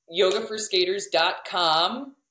yogaforskaters.com